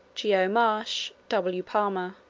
geo. marsh, w. palmer.